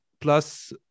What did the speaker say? plus